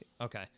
Okay